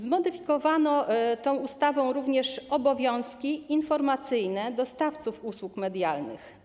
Zmodyfikowano tą ustawą również obowiązki informacyjne dostawców usług medialnych.